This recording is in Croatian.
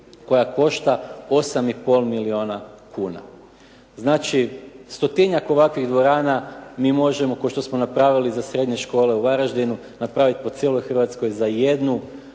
koja košta 8,5 milijuna kuna. Znači, stotinjak ovakvih dvorana mi možemo kao što smo napravili za srednje škole u Varaždinu, napravit po cijeloj Hrvatskoj za jednu